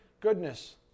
goodness